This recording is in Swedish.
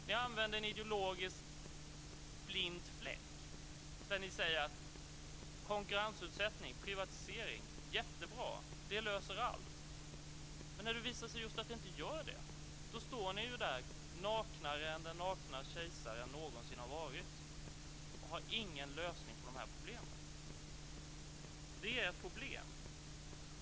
Ni använder en ideologisk blind fläck och säger att konkurrensutsättning och privatisering är jättebra. Det löser allt. När det visar sig att det inte gör det står ni där, naknare än den nakna kejsaren någonsin har varit, och har ingen lösning på de här problemen. Det är ert problem.